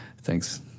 thanks